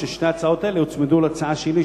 ששתי ההצעות האלה הוצמדו להצעה שלי,